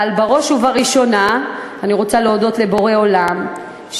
אבל בראש ובראשונה אני רוצה להודות לבורא עולם,